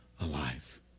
alive